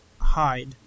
hide